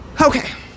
okay